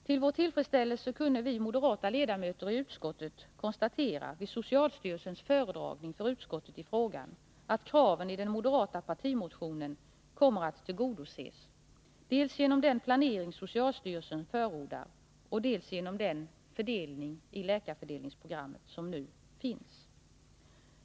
Till vår tillfredsställelse kunde vi moderata ledamöter vid en föredragning, som representanter för socialstyrelsen gjorde inför utskottet, konstatera att kravet i den moderata partimotionen kommer att tillgodoses dels genom den planering som socialstyrelsen förordar, dels genom den fördelning enligt läkarfördelningsprogrammet som nu sker.